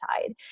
side